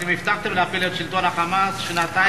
אתם הבטחתם להפיל את שלטון ה"חמאס" שנתיים,